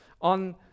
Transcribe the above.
On